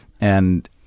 And-